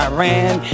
Iran